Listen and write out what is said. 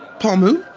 paul moon?